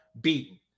beaten